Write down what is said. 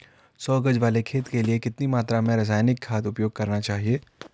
सौ गज वाले खेत के लिए कितनी मात्रा में रासायनिक खाद उपयोग करना चाहिए?